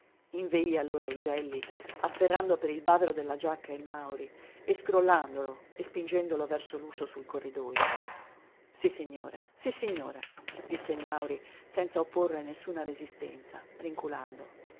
inveì allora il gelli afferrando per il bavero della giacca il mauri e scrollandolo e spingendolo verso l'uscio sul corridojo sissignore sissignore disse il mauri senza opporre nessuna resistenza rinculando